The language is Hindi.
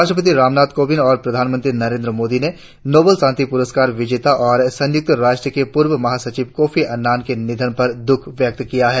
राष्ट्रपति रामनाथ कोविंद और प्रधानमंत्री नरेंद्र मोदी ने नोबेल शांति प्रस्कार विजेता और संयुक्त राष्ट्र के पूर्व महासचिव कोफी अन्नान के निधन पर दुख व्यक्त किया है